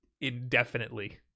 indefinitely